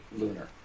lunar